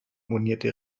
monierte